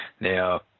Now